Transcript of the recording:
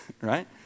right